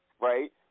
right